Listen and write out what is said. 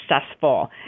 successful